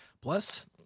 Plus